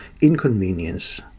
inconvenience